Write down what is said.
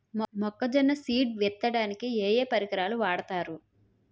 మొక్కజొన్న సీడ్ విత్తడానికి ఏ ఏ పరికరాలు వాడతారు?